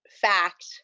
fact